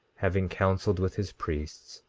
having counseled with his priests,